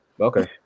okay